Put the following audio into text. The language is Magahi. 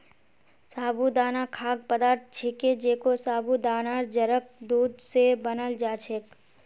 साबूदाना खाद्य पदार्थ छिके जेको साबूदानार जड़क दूध स बनाल जा छेक